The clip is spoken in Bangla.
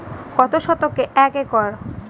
কত শতকে এক একর?